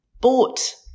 Bought